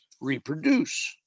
reproduce